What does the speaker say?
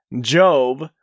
job